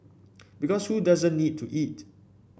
because who doesn't need to eat